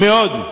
מאוד.